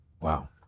wow